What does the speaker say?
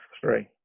three